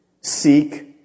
Seek